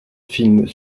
films